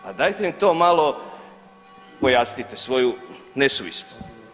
Pa dajte mi to malo pojasnite svoju nesuvislost.